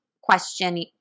question